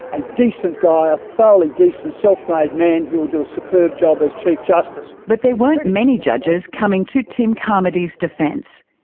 a decent guy, a thoroughly decent self-made man who will do a superb job as chief justice. but there weren't many judges coming to tim carmody's defence.